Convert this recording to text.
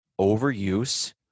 overuse